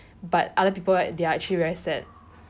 but other people right they are actually very sad